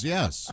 Yes